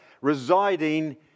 residing